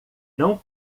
não